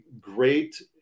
great